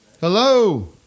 Hello